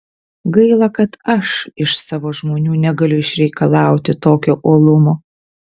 gaila kad aš iš savo žmonių negaliu išreikalauti tokio uolumo